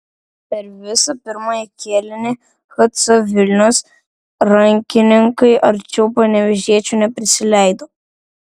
per visą pirmąjį kėlinį hc vilnius rankininkai arčiau panevėžiečių neprisileido